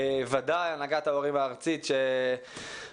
בוודאי הנהגת ההורים הארצית שבאמת,